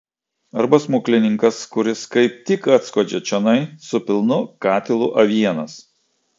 arba smuklininkas kuris kaip tik atskuodžia čionai su pilnu katilu avienos